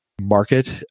Market